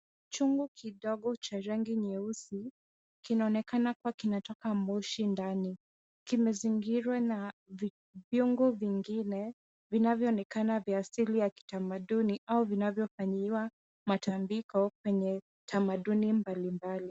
Chungu kidogo cha rangi nyeusi kinaonekana kuwa kina toka moshi ndani kimezingirwa na vyungu vingine vinavyoonekana vya asili ya kitamaduni au vinavyofanyiwa matambiko kwenye tamaduni mbalimbali.